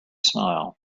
smile